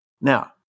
Now